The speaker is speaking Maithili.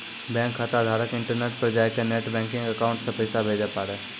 बैंक खाताधारक इंटरनेट पर जाय कै नेट बैंकिंग अकाउंट से पैसा भेजे पारै